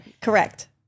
Correct